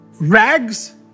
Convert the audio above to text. rags